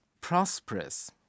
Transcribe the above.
prosperous